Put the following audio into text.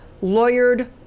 lawyered